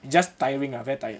you just tiring lah very tired